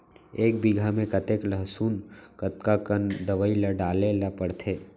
एक बीघा में कतेक लहसुन कतका कन दवई ल डाले ल पड़थे?